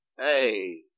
hey